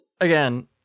again